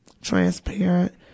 transparent